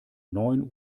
neun